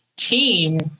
team